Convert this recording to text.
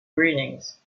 greetings